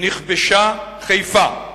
"נכבשה חיפה",